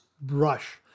brush